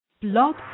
blog